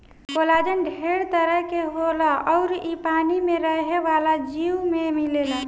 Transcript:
collagen ढेर तरह के होला अउर इ पानी में रहे वाला जीव में मिलेला